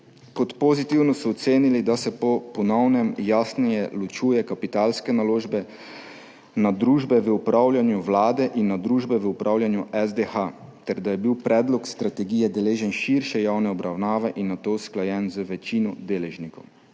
Kot pozitivno so ocenili, da se po novem jasneje ločuje kapitalske naložbe na družbe v upravljanju Vlade in na družbe v upravljanju SDH ter da je bil predlog strategije deležen širše javne obravnave in nato usklajen z večino deležnikov.